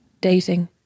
dating